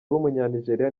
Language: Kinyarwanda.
w’umunyanigeriya